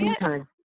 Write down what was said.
Anytime